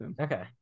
okay